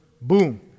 Boom